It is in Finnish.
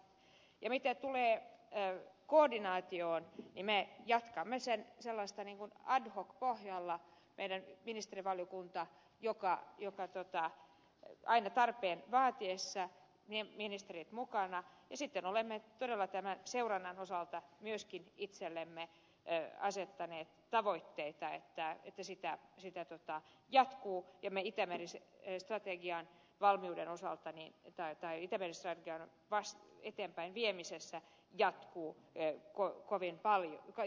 mitä tulee koordinaatioon niin me jatkamme ad hoc pohjalla ministerivaliokunta on aina tarpeen vaatiessa mukana ja sitten olemme todella tämän seurannan osalta myöskin itsellemme asettaneet tavoitteita että se jatkuu samoin kuin itämeri strategian valmiuden osaltani ja päätä eikä niissäkään päästä eteenpäin viemisessä jatkuu verkkoa kovin eteenpäinviemisen osalta